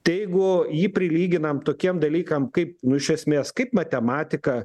tai jeigu jį prilyginam tokiem dalykam kaip nu iš esmės kaip matematika